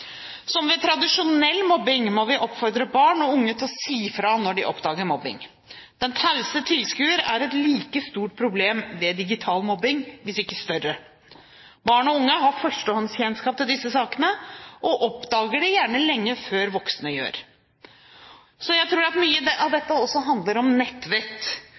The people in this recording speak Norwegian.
Som ved tradisjonell mobbing må vi oppfordre barn og unge til å si fra når de oppdager mobbing. Den tause tilskuer er et like stort problem ved digital mobbing – hvis ikke større. Barn og unge har førstehåndskjennskap til disse sakene, og oppdager dem gjerne lenge før voksne gjør det. Jeg tror at mye av dette handler om nettvett.